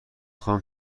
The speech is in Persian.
خواهم